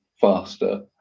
faster